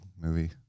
movie